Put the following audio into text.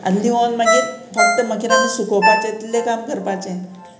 लिवोन मागीर फक्त मागीर आमी सुकोवपाचें इतलें काम करपाचें